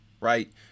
right